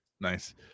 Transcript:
Nice